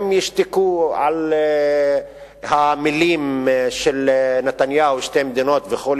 הם ישתקו על המלים של נתניהו "שתי מדינות" וכו',